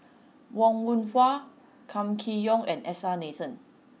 Wong Yoon Wah Kam Kee Yong and S R Nathan